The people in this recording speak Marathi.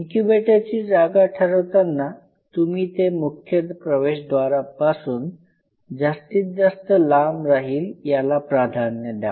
इनक्यूबेटरची जागा ठरवतांना तुम्ही ते मुख्य प्रवेशद्वारापासून जास्तीत जास्त लांब राहील याला प्राधान्य द्या